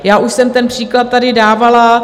Já už jsem ten příklad tady dávala.